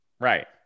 right